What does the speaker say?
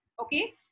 Okay